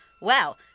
Wow